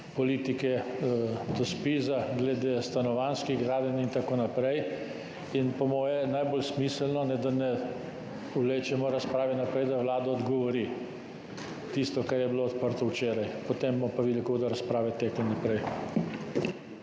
politike do Zpiza, glede stanovanjskih gradenj in tako naprej. Po moje je najbolj smiselno, da ne vlečemo razprave naprej, da Vlada odgovori na tisto, kar je bilo včeraj odprto, potem bomo pa videli, kako bodo razprave tekle naprej.